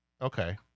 Okay